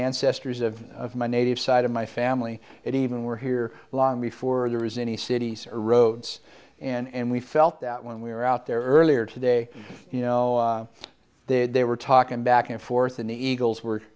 ancestors of of my native side of my family it even were here long before there was any cities roads and we felt that when we were out there earlier today you know they were talking back and forth and the eagles were